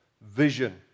vision